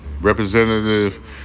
Representative